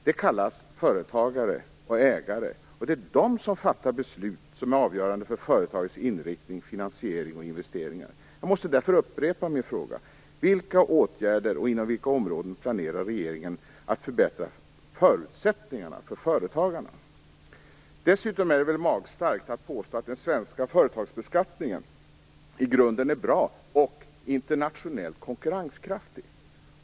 De kallas företagare och ägare, och det är de som fattar beslut som är avgörande för företagets inriktning, finansiering och investeringar. Dessutom är det väl magstarkt att påstå att den svenska företagsbeskattningen i grunden är bra och internationellt konkurrenskraftig.